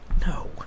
No